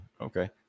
okay